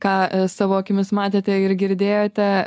ką savo akimis matėte ir girdėjote